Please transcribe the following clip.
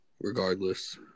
regardless